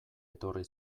etorri